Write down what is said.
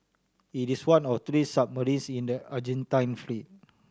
it is one of three submarines in the Argentine fleet